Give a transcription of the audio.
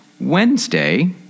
Wednesday